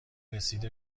رسید